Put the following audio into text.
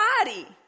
body